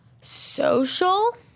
social